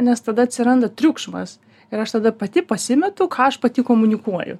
nes tada atsiranda triukšmas ir aš tada pati pasimetu ką aš pati komunikuoju